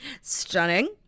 Stunning